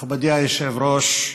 מכובדי היושב-ראש,